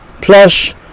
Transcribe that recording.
Plus